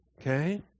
Okay